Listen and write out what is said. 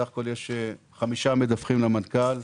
בסך הכול, יש חמישה מדווחים למנכ"ל.